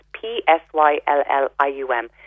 P-S-Y-L-L-I-U-M